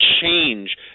change